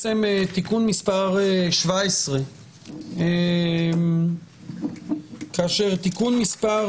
למסחר אז באותה נשימה לאפשר כניסה למסחר